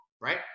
right